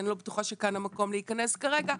אני לא בטוחה שכאן המקום להיכנס כרגע,